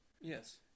Yes